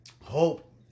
hope